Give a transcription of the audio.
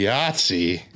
Yahtzee